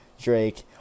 Drake